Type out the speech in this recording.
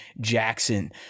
Jackson